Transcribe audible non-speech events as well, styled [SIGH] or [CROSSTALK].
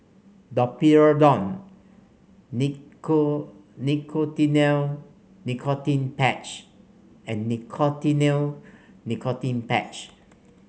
Domperidone [UNINTELLIGIBLE] Nicotinell Nicotine Patch and Nicotinell Nicotine Patch